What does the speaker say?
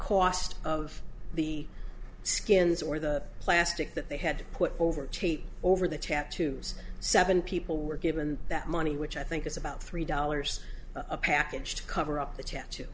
cost of the skins or the plastic that they had to put over cheap over the tattoos seven people were given that money which i think is about three dollars a package to cover up the cha